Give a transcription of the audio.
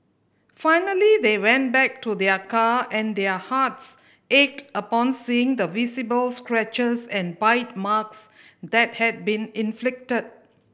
finally they went back to their car and their hearts ached upon seeing the visible scratches and bite marks that had been inflicted